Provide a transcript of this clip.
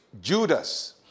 Judas